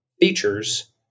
features